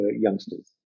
youngsters